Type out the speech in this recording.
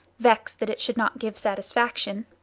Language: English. vexed that it should not give satisfaction.